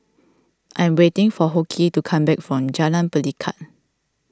I am waiting for Hoke to come back from Jalan Pelikat